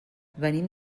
venim